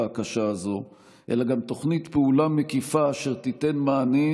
הקשה הזאת אלא גם תוכנית פעולה מקיפה אשר תיתן מענה,